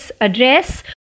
ADDRESS